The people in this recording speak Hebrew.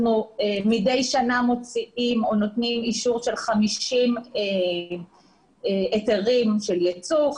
מדי שנה אנחנו מוציאים או נותנים אישור של 50 היתרים של יצוא,